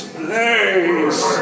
place